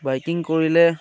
biking কৰিলে